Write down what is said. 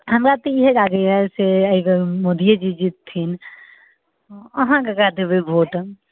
हमरा तऽ ईहे लागैया जे एहिबेर मोदिये जी जितथिन अहाँ ककरा देबै भोट